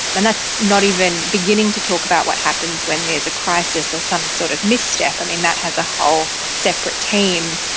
and that's not even beginning to talk about what happens when there is a crisis or some sort of misstep, and and that has a whole separate team.